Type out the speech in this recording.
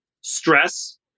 stress